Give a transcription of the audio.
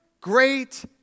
great